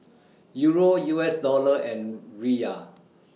Euro U S Dollar and Riyal